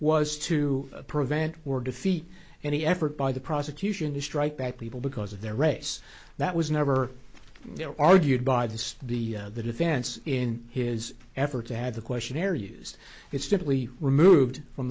was to prevent or defeat any effort by the prosecution to strike back people because of their race that was never argued by the the the defense in his effort to have the questionnaire used it's typically removed from